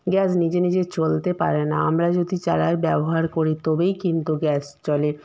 gas নিজে নিজে চলতে পারে না আমরা যদি চালাই ব্যবহার করি তবেই কিন্তু গ্যাস চলে